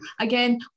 again